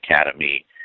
academy